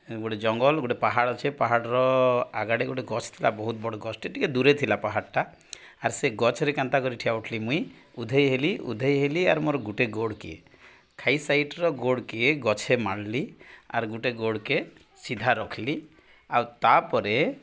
ଗୋଟେ ଜଙ୍ଗଲ ଗୋଟେ ପାହାଡ଼ ଅଛେ ପାହାଡ଼ର ଆଗ ଆଡ଼େ ଗୋଟେ ଗଛ ଥିଲା ବହୁତ ବଡ଼ ଗଛଟେ ଟିକେ ଦୂରେ ଥିଲା ପାହାଡ଼ଟା ଆର୍ ସେ ଗଛରେ କେନ୍ତା କରି ଠିଆ ଉଠିଲି ମୁଇଁ ଉଧେଇ ହେଲି ଉଧେଇ ହେଲି ଆର୍ ମୋର ଗୁଟେ ଗୋଡ଼କେ ଖାଇ ସାଇଟର ଗୋଡ଼କେ ଗଛେ ମାଡ଼ିଲି ଆର୍ ଗୁଟେ ଗୋଡ଼କେ ସିଧା ରଖିଲି ଆଉ ତାପରେ